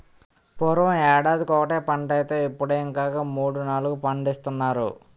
పూర్వం యేడాదికొకటే పంటైతే యిప్పుడేకంగా మూడూ, నాలుగూ పండిస్తున్నారు